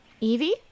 Evie